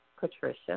Patricia